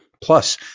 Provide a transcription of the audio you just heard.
Plus